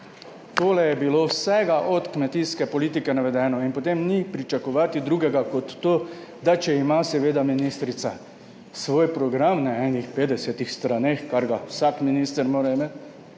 To je bilo vsega od kmetijske politike navedeno. In potem ni pričakovati drugega, kot to, da če ima seveda ministrica svoj program na enih 50-ih straneh, kar ga vsak minister mora imeti,